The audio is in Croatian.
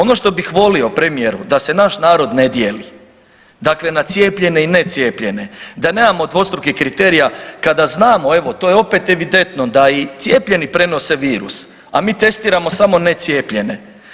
Ono što bih volio premijeru da se naš narod ne dijeli dakle na cijepljene i necijepljene, da nemamo dvostrukih kriterija kada znamo, evo to je opet evidentno da i cijepljeni prenose virus, a mi testiramo samo necijepljene.